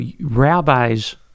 rabbis